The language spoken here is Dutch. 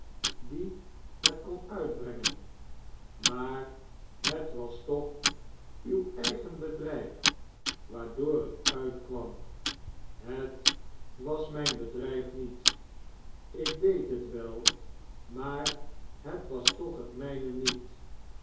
die het konden uitbrengen maar het was toch uw eigen bedrijf waardoor het uitkwam het was mijn bedrijf niet ik deed het wel maar het was toch het mijne niet